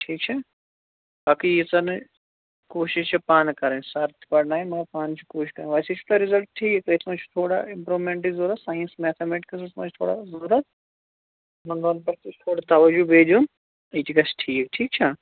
ٹھیٖک چھا باقٕے ییٖژھا نہٕ کوٗشِش چھِ پانہٕ کَرٕنۍ سَر تہِ پرناون تہٕ مَگر پانہٕ چھِ کوٗشِش کَرٕنۍ ویسے چھُ تۄہہِ رِزَلٹ ٹھیٖک أتھۍ مَنٛز چھُ تھوڑا اِمپرومٮ۪نٹٕچ ضرروٗت ساینَسَس میتھامیٹکٕسَس مَنٛز چھِ تھوڑا ضروٗرَت مطلب تَتھ تہِ چھُ تھوڑا تَوَجو بیٚیہِ دِیُن أتی گَژھِ ٹھیٖک ٹھیٖک چھا